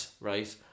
right